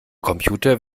computer